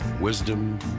wisdom